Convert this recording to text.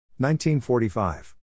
1945